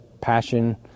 passion